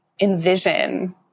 envision